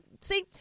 see